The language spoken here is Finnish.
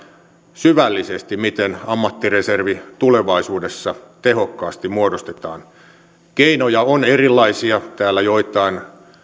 syvällisesti miten ammattireservi tulevaisuudessa tehokkaasti muodostetaan keinoja on erilaisia täällä joitain